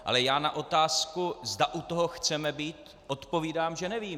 Ale já na otázku, zda u toho chceme být, odpovídám, že nevím.